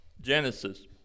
Genesis